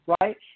right